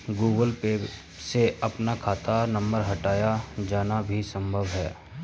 Google Pay से अपना खाता नंबर हटाया जाना भी संभव है